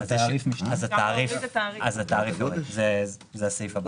אז התעריף יורד, זה הסעיף הבא.